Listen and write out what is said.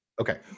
okay